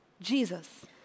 Jesus